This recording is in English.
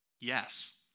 Yes